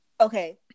okay